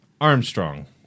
Armstrong